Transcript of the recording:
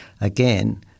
again